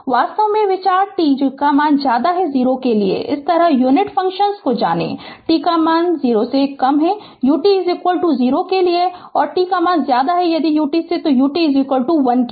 वास्तव में विचार t 0 की तरह है यूनिट स्टेप फ़ंक्शन को जानें t 0 ut 0 के लिए और t 0 ut 1 के लिए